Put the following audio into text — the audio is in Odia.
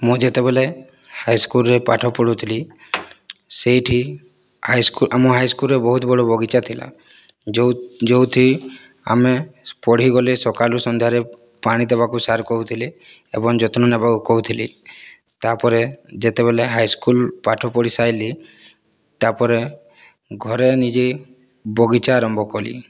ମୁଁ ଯେତେବେଳେ ହାଇ ସ୍କୁଲ୍ରେ ପାଠ ପଢ଼ୁଥିଲି ସେଠି ହାଇ ସ୍କୁଲ୍ ଆମ ହାଇ ସ୍କୁଲ୍ରେ ବହୁତ ବଡ଼ ବଗିଚା ଥିଲା ଯେଉଁ ଯେଉଁଠି ଆମେ ପଢ଼ି ଗଲେ ଆମେ ସକାଳୁ ସନ୍ଧ୍ୟାରେ ପାଣି ଦେବାକୁ ସାର୍ କହୁଥିଲେ ଏବଂ ଯତ୍ନ ନେବାକୁ କହୁଥିଲେ ତା' ପରେ ଯେତେବେଳେ ହାଇ ସ୍କୁଲ୍ ପାଠ ପଢ଼ି ସାରିଲି ତା' ପରେ ଘରେ ନିଜେ ବଗିଚା ଆରମ୍ଭ କଲି